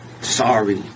Sorry